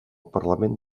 parlament